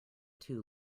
two